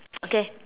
okay